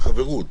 בחברוּת,